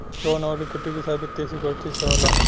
loan अउर equity के साथ वित्तीय सिक्योरिटी से होला